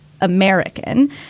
American